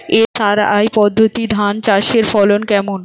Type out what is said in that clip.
SRI পদ্ধতি ধান চাষের ফলন কেমন?